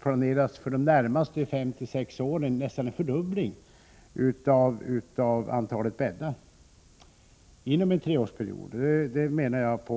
man för de närmaste åren för Åre-Duved-området planerar nästan en fördubbling av antalet bäddar. Detta avser man att genomföra inom en treårsperiod.